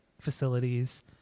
facilities